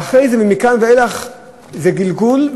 ואחרי זה מכאן ואילך זה גלגול,